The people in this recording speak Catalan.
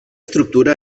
estructura